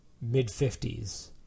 mid-50s